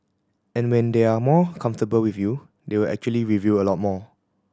and when they are more comfortable with you they will actually reveal a lot more